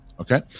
okay